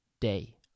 day